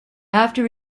after